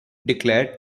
declared